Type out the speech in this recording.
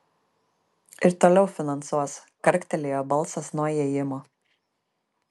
ir toliau finansuos karktelėjo balsas nuo įėjimo